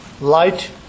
Light